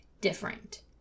different